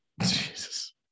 Jesus